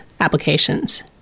applications